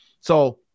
So-